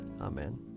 Amen